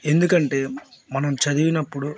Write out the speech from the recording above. ఎందుకంటే మనం చదివినప్పుడు